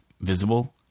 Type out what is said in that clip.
visible